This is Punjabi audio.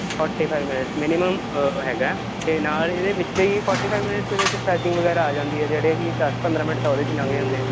ਫੋਟੀ ਫਾਈਵ ਮਿੰਨਟਸ ਮਿਨੀਮਮ ਹੈਗਾ ਅਤੇ ਨਾਲ ਇਹਦੇ ਵਿੱਚ ਹੀ ਫੋਟੀ ਫਾਈਵ ਮਿੰਨਟਸ ਦੇ ਵਿੱਚ ਸਟੈਚਿੰਗ ਵਗੈਰਾ ਆ ਜਾਂਦੀ ਹੈ ਜਿਹੜੇ ਕਿ ਦਸ ਪੰਦਰਾਂ ਮਿੰਟ ਤਾਂ ਉਹਦੇ 'ਚ ਲੰਘ ਜਾਂਦੇ